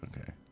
okay